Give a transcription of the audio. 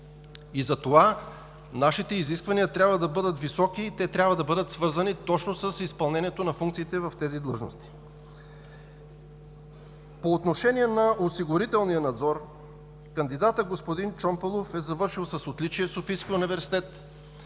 а затова нашите изисквания трябва да бъдат високи и трябва да бъдат свързани точно с изпълнението на функции в тези длъжности. По отношение на осигурителния надзор – кандидатът господин Чомпалов е завършил с отличие Софийския университет,